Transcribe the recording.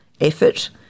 effort